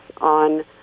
on